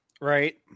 right